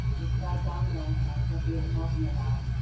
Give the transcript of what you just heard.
it's that domino effect like we were talking about.